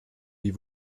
wie